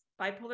bipolar